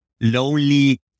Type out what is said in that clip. lonely